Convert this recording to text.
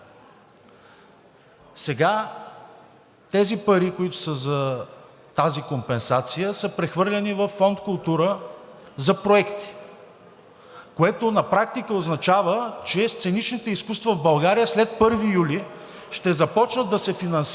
Сега тези пари, които са за тази компенсация, са прехвърлени във Фонд „Култура“ за проекти, което на практика означава, че сценичните изкуства в България след 1 юли ще започнат да се финансират